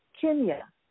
Kenya